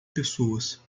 pessoas